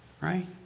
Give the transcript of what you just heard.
Right